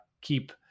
keep